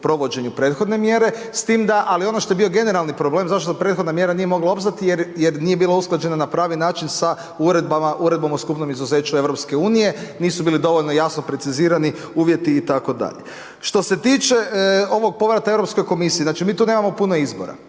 provođenju prethodne mjere s tim da, ali ono što je bio generalni problem zato što prethodna mjera nije mogla opstati jer nije bila usklađena na pravi način sa Uredbom o skupnom izuzeću EU, nisu bili dovoljno jasno precizirani uvjeti itd. Što se tiče ovog povrata Europskoj komisiji. Znači mi tu nemamo puno izbora.